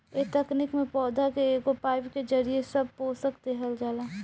ए तकनीक में पौधा के एगो पाईप के जरिये सब पोषक देहल जाला